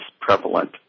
prevalent